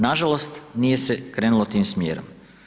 Nažalost, nije se krenulo tim smjerom.